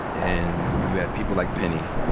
and you have people like penny.